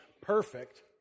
perfect